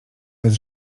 bez